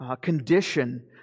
condition